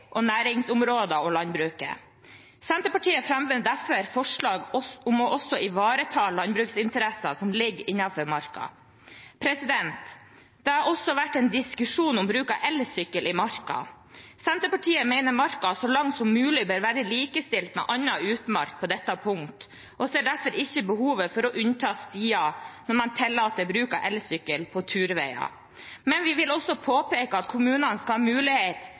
og næringsområder og landbruket. Senterpartiet fremmer derfor forslag om også å ivareta landbruksinteresser som ligger innenfor Marka. Det har også vært en diskusjon om bruk av elsykkel i Marka. Senterpartiet mener Marka så langt som mulig bør være likestilt med annen utmark på dette punkt, og ser derfor ikke behovet for å unnta stier når man tillater bruk av elsykkel på turveier. Men vi vil også påpeke at kommunene skal ha mulighet